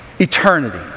eternity